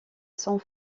sans